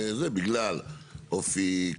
בגלל אופי,